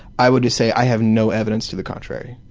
i would just say i have no evidence to the contrary.